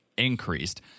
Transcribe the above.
Increased